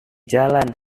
jalan